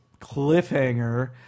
cliffhanger